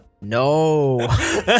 No